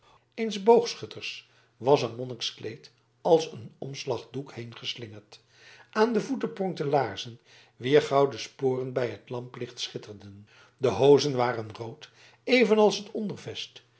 eens boogschutters was een monnikskleed als een omslagdoek heen geslingerd aan de voeten pronkten laarzen wier gouden sporen bij het lamplicht schitterden de hozen waren rood evenals het